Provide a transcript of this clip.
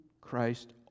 Christ